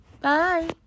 Bye